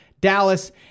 Dallas